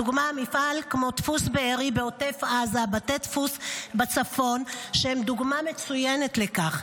מפעל כמו דפוס בארי בעוטף עזה ובתי דפוס בצפון הם דוגמה מצוינת לכך,